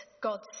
God's